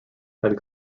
had